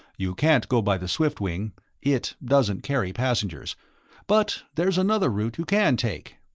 you can't go by the swiftwing it doesn't carry passengers but there's another route you can take.